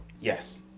Yes